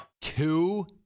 Two